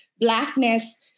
blackness